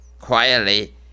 quietly